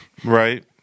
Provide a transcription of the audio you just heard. right